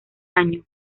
año